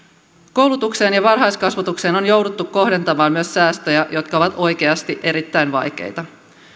koulutukseen ja varhaiskasvatukseen on jouduttu kohdentamaan myös säästöjä jotka ovat oikeasti erittäin vaikeita